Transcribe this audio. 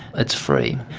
that's free.